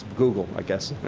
google. i guess